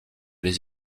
les